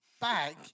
back